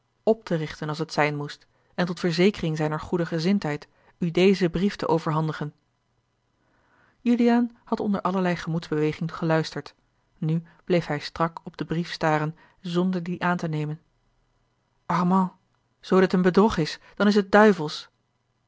op te richten als het zijn moest en tot verzekering zijner goede gezindheid u dezen brief te overhandigen juliaan had onder allerlei gemoedsbeweging geluisterd nu bleef hij strak op den brief staren zonder dien aan te nemen armand zoo dit een bedrog is dan is het duivelsch